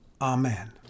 Amen